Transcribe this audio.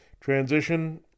transition